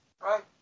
right